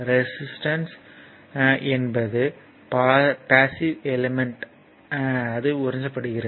resistor என்பது passive element அது உறிஞ்சப்படுகிறது